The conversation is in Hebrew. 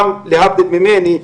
להבדיל ממני,